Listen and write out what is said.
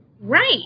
Right